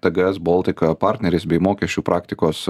tgs baltic partneris bei mokesčių praktikos